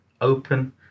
open